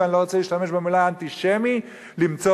ואני לא רוצה להשתמש במלה "אנטישמי" למצוא